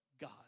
God